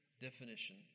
definition